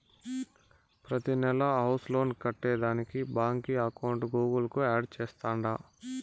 ప్రతినెలా house loan కట్టేదానికి బాంకీ అకౌంట్ గూగుల్ కు యాడ్ చేస్తాండా